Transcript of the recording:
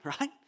right